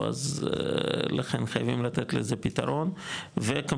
אז לכן חייבים לתת לזה פתרון וכמובן,